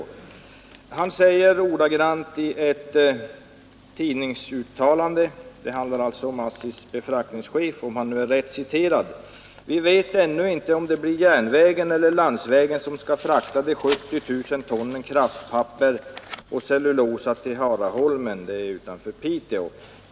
ASSI:s befraktningschef ordagrant i ett tidningsuttalande, om han där blivit rätt citerad: ”Vi vet ännu inte om det blir järnvägen eller landsvägen som skall frakta de 70 000 tonnen kraftpapper och cellulosa till Haraholmen.” — Den ligger utanför Piteå.